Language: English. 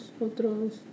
otros